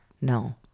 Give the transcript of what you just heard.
No